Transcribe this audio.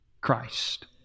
Christ